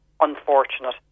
unfortunate